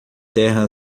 terra